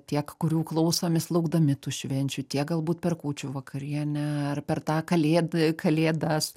tiek kurių klausomės laukdami tų švenčių tiek galbūt per kūčių vakarienę ar per tą kalėd kalėdas